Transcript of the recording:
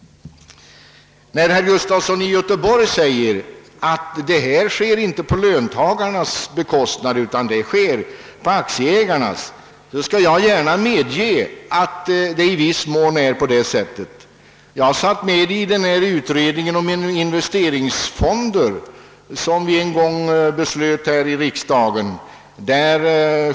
Då herr Gustafson i Göteborg säger att självfinansieringen inte sker på löntagarnas utan på aktieägarnas bekostnad medger jag att han i viss mån har rätt, Jag satt med i utredningen om in vesteringsfonder, som vi en gång fattade beslut om här i riksdagen.